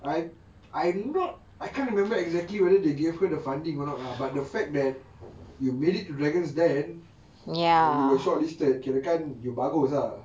I I not I can't remember exactly whether they gave her the funding or not ah but the fact that you made it to dragon's den and you were shortlisted kirakan you bagus ah